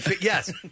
yes